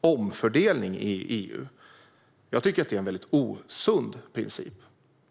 omfördelning i EU. Jag tycker att det är en väldigt osund princip.